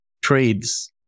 trades